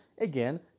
again